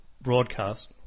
broadcast